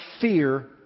fear